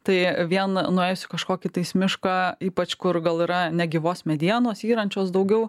tai vien nuėjus į kažkokį tais miško ypač kur gal yra negyvos medienos yrančios daugiau